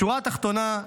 בשורה התחתונה,